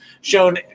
shown